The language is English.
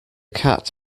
cat